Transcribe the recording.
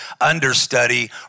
understudy